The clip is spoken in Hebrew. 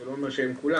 אני לא אומר שהם כולם,